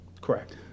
Correct